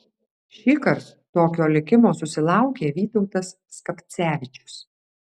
šįkart tokio likimo susilaukė vytautas skapcevičius